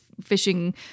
Fishing